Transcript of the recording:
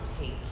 take